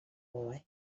boy